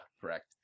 correct